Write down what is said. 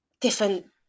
different